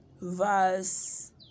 verse